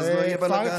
ואז לא יהיה בלגן.